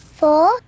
four